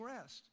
rest